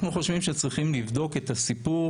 אנחנו חושבים שצריכים לבדוק את הסיפור